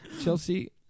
Chelsea